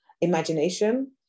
imagination